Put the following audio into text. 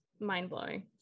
mind-blowing